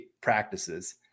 practices